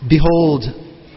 Behold